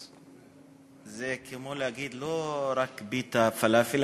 זה כמו להגיד: לא רק פיתה פלאפל,